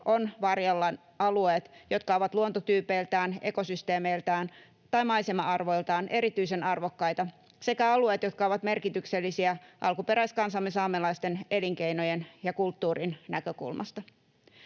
on varjella alueet, jotka ovat luontotyypeiltään, ekosysteemeiltään tai maisema-arvoiltaan erityisen arvokkaita, sekä alueet, jotka ovat merkityksellisiä alkuperäiskansamme saamelaisten elinkeinojen ja kulttuurin näkökulmasta.